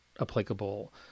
applicable